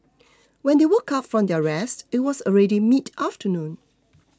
when they woke up from their rest it was already mid afternoon